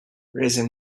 raising